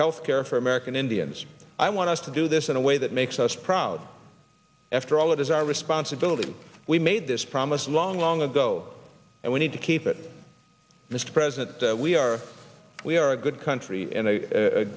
health care for american indians i want us to do this in a way that makes us proud after all it is our responsibility we made this promise long long ago and we need to keep it mr president we are we are a good country and